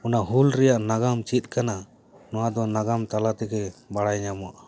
ᱚᱱᱟ ᱦᱩᱞ ᱨᱮᱱᱟᱜ ᱱᱟᱜᱟᱢ ᱪᱮᱫ ᱠᱟᱱᱟ ᱱᱚᱣᱟ ᱫᱚ ᱱᱟᱜᱟᱢ ᱛᱟᱞᱟᱛᱮᱜᱮ ᱵᱟᱲᱟᱭ ᱧᱟᱢᱚᱜᱼᱟ